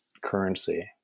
currency